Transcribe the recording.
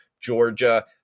Georgia